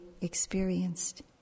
experienced